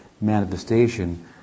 manifestation